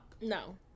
No